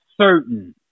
certain